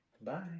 Bye